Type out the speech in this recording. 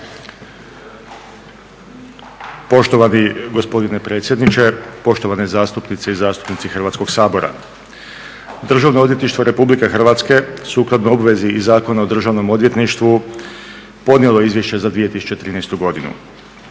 Poštovani gospodine predsjedniče, poštovane zastupnice i zastupnici Hrvatskoga sabora. Državno odvjetništvo Republike Hrvatske sukladno obvezi iz Zakona o Državnom odvjetništvu podnijelo je Izvješće za 2013. godinu.